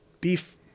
Beef